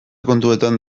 kontuetan